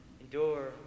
endure